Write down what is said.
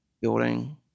building